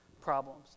problems